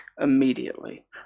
immediately